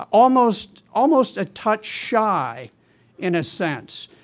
almost almost a touch shy in a sense.